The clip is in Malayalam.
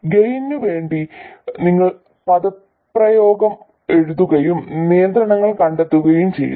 ഗെയിനിനുവേണ്ടി ഞങ്ങൾ പദപ്രയോഗം എഴുതുകയും നിയന്ത്രണങ്ങൾ കണ്ടെത്തുകയും ചെയ്തു